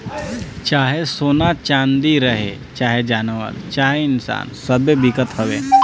चाहे सोना चाँदी रहे, चाहे जानवर चाहे इन्सान सब्बे बिकत हवे